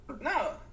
No